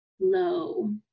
low